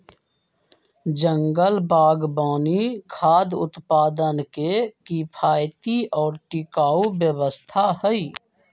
जंगल बागवानी खाद्य उत्पादन के किफायती और टिकाऊ व्यवस्था हई